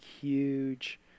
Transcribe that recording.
huge